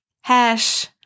hash